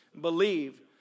Believe